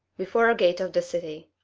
before a gate of the city.